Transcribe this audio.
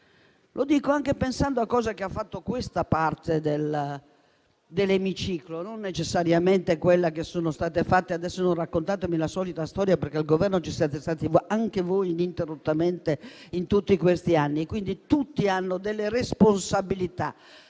Lo dico anche pensando a cose fatte da questa parte dell'emiciclo, non necessariamente a quelle che sono state fatte dall'altra parte. Adesso non raccontatemi la solita storia, perché al Governo ci siete stati anche voi ininterrottamente in tutti questi anni; quindi tutti hanno delle responsabilità.